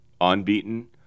unbeaten